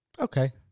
Okay